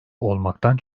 olmaktan